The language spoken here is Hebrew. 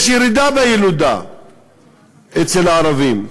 יש ירידה בילודה אצל הערבים,